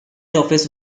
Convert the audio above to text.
office